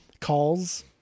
calls